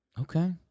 Okay